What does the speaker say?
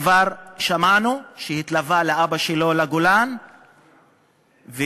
כבר שמענו שהתלווה לאבא שלו לגולן ונהרג